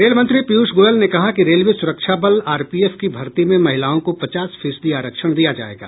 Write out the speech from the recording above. रेलमंत्री पीयूष गोयल ने कहा कि रेलवे सुरक्षा बल आरपीएफ की भर्ती में महिलाओं को पचास फीसदी आरक्षण दिया जायेगा